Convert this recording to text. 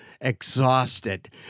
exhausted